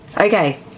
okay